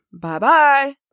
Bye-bye